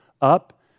up